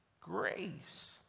grace